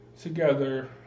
together